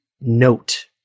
note